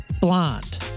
*Blonde*